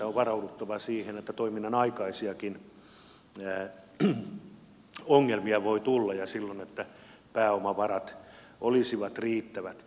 on varauduttava siihen että toiminnan aikaisiakin ongelmia voi tulla ja että silloin pääomavarat olisivat riittävät